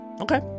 Okay